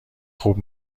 خوب